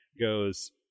goes